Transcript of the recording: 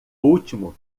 último